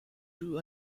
drew